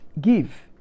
give